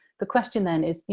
the question, then, is, you